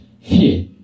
Fear